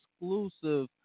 exclusive